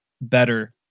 better